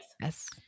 Yes